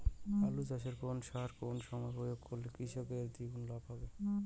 আলু চাষে কোন সার কোন সময়ে প্রয়োগ করলে কৃষকের দ্বিগুণ লাভ হবে?